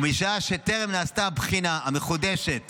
ומשעה שטרם נעשתה בחינה מחודשת